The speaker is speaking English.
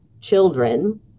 children